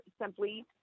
simply